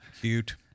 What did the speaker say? Cute